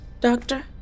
Doctor